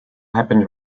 happened